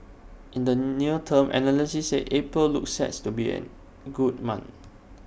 in the near term analysts said April looks set to be an good month